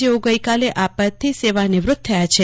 જેઓ ગઈકાલે આ પદથી સેવા નિવૃત થયા છે